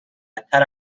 بدتر